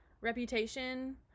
Reputation